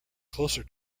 closer